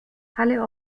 alle